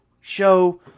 show